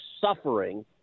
suffering